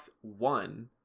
One